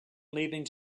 leaving